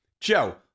Joe